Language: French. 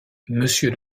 monsieur